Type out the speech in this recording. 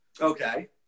Okay